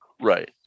Right